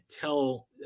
tell